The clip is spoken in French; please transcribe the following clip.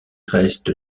reste